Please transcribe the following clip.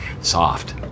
soft